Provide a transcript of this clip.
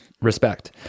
Respect